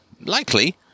likely